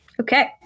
Okay